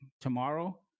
tomorrow